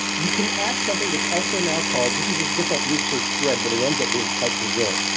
you can add something that's also now called, this is a different research throughout but it ends up being quite congruent,